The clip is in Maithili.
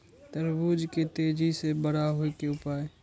तरबूज के तेजी से बड़ा होय के उपाय?